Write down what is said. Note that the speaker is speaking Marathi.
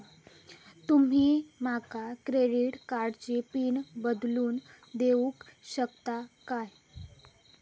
तुमी माका क्रेडिट कार्डची पिन बदलून देऊक शकता काय?